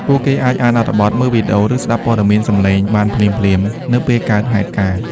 ពួកគេអាចអានអត្ថបទ មើលវីដេអូ ឬស្ដាប់ព័ត៌មានសំឡេងបានភ្លាមៗនៅពេលកើតហេតុការណ៍។